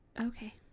Okay